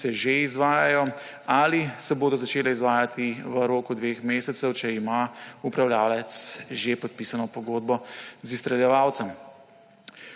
ki se že izvajajo ali se bodo začele izvajati v roku dveh mesecev, če ima upravljavec že podpisano pogodbo z izstreljevalcem.